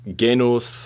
genus